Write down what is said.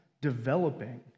developing